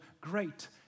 great